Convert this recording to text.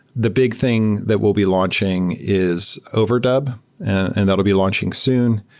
the big thing that we'll be launching is overdub and that'll be launching soon.